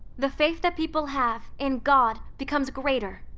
the faith that people have in god becomes greater,